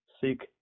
seek